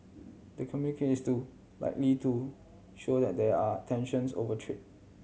the communique is to likely to show that there are tensions over trade